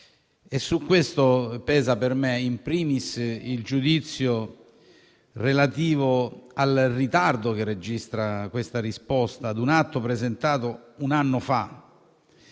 Su questo pesa, *in primis*, il giudizio relativo al ritardo che registra tale risposta ad un atto presentato un anno fa.